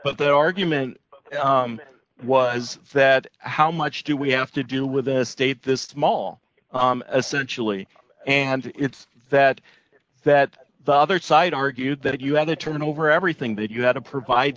but their argument was that how much do we have to do with the state this small essentially and it's that that the other side argued that you had to turn over everything that you had to provide